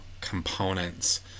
components